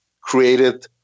created